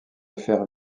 faire